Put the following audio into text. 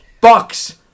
Bucks